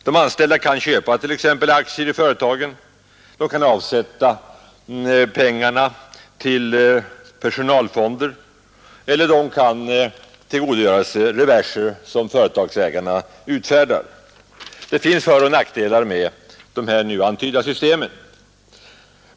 De anställda kan t.ex. köpa aktier i företagen, de kan avsätta pengarna till personalfonder eller de kan tillgodogöra sig reverser som företagsägarna utfärdar. Det finns föroch nackdelar med de här nu antydda systemen.